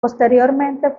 posteriormente